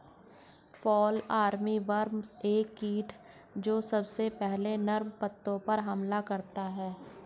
fall armyworm एक कीट जो सबसे पहले नर्म पत्तों पर हमला करता है